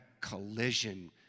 collision